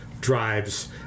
drives